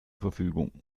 verfügung